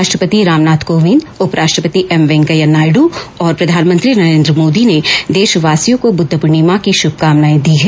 राष्ट्रपति रामनाथ कोविंद उपराष्ट्रपति एम वैंकेया नायडू और प्रधानमंत्री नरेन्द्र मोदी ने देशवासियों को बुद्ध पूर्णिमा की शुभकामनाए दी है